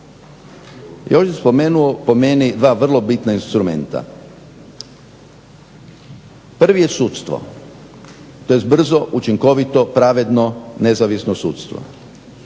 Još bih spomenuo po meni dva vrlo bitna instrumenta. Prvi je sudstvo, tj. brzo, učinkovito, pravedno, nezavisno sudstvo.